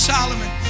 Solomon